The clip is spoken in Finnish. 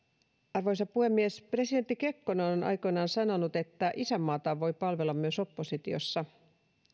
arvoisa puhemies presidentti kekkonen on on aikoinaan sanonut että isänmaataan voi palvella myös oppositiossa